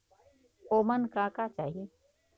ओमन का का चाही?